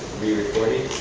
rerecorded,